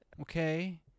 Okay